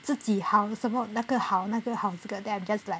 自己好什么那个好那个好这个 then I'm just like